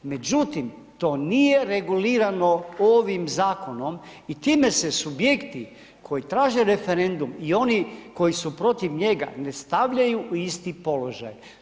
Međutim, to nije regulirano ovim zakonom i time se subjekti koji traže referendum i oni koji su protiv njega ne stavljaju u isti položaj.